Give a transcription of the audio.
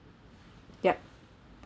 yup